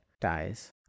dies